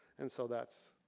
and so that's,